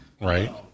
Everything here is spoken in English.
Right